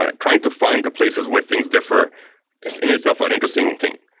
ah trying to find the places where things differ is in itself an interesting thing.